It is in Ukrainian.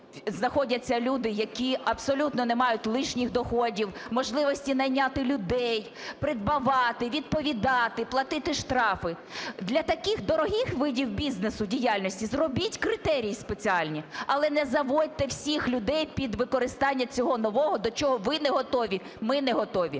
знаходяться люди, які абсолютно не мають лишніх доходів, можливості найняти людей, придбавати, відповідати, платити штрафи, для таких дорогих видів бізнесу діяльності зробіть критерії спеціальні, але не зводьте всіх людей під використання цього нового, до чого ви не готові, ми не готові.